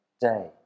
day